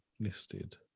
Listed